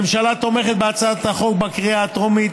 הממשלה תומכת בהצעת החוק בקריאה טרומית,